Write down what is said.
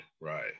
right